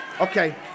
Okay